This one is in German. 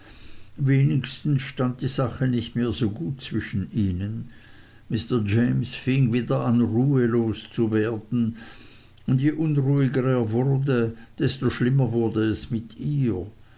wenigstens stand die sache nicht mehr so gut zwischen ihnen mr james fing wieder an ruhelos zu werden und je unruhiger er wurde desto schlimmer wurde es mit ihr